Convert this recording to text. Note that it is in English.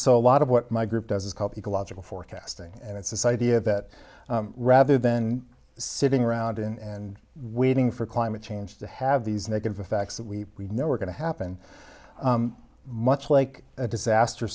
so a lot of what my group does is called ecological forecasting and it's this idea that rather than sitting around and waiting for climate change to have these negative effects that we know were going to happen much like a disaster